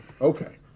okay